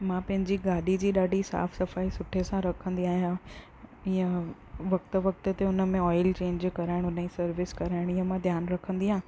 मां पंहिंजी गाॾी जी ॾाढी साफ़ु सफ़ाई सुठे सां रखंदी आहियां इअं वक़्त वक़्त ते हुन में ओइल चेंज कराइण हुनजी सर्विस कराइणी आहे मां ध्यानु रखंदी आहियां